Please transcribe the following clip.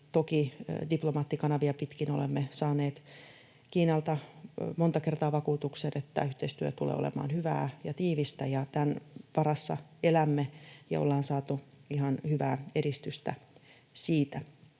toki diplomaattikanavia pitkin olemme saaneet Kiinalta monta kertaa vakuutukset, että yhteistyö tulee olemaan hyvää ja tiivistä, ja tämän varassa elämme, ja ollaan saatu ihan hyvää edistystä siitä.